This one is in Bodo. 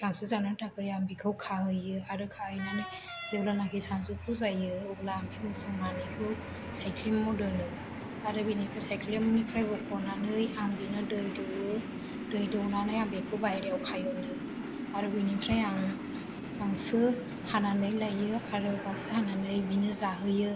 गांसो जानो थाखाय आं बिखौ खाहैयो आरो खाहैनानै जेब्लानाखि सानजौफु जायो अब्ला आं बे मोसौ मानैखौ सायख्लोमाव दोनो आरो बेनिफ्राय सायख्लोमनिफ्राय बख'नानै आं बेनो दै दौयो दै दौनानै आं बेखौ बायह्रायाव खाय'नो आरो बेनिफ्राय आं गांसो हानानै लायो आरो गांसो हानानै बेनो जाहोयो